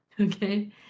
Okay